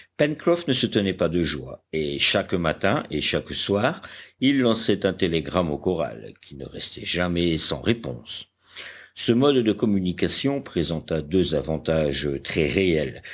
ne se tenait pas de joie et chaque matin et chaque soir il lançait un télégramme au corral qui ne restait jamais sans réponse ce mode de communication présenta deux avantages très réels